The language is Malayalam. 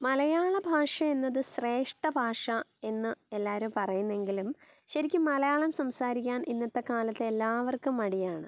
മലയാള ഭാഷ എന്നത് ശ്രേഷ്ഠ ഭാഷ എന്ന് എല്ലാവരും പറയുന്നെങ്കിലും ശരിക്കും മലയാളം സംസാരിക്കാൻ ഇന്നത്തെ കാലത്ത് എല്ലാവർക്കും മടിയാണ്